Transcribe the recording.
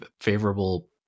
favorable